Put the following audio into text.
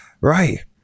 Right